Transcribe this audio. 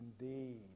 indeed